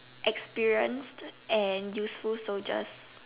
experienced and useful soldiers